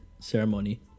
ceremony